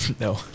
No